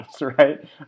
right